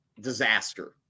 disaster